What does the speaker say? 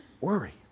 worry